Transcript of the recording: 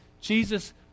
Jesus